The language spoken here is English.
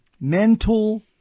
mental